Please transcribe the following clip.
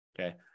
Okay